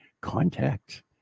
contact